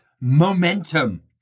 momentum